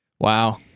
Wow